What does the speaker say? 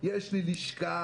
יש לי לשכה,